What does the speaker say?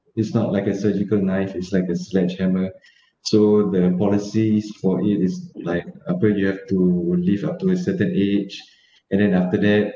it's not like a surgical knife it's like a sledgehammer so the policies for it is like appoint you have to live up to a certain age and then after that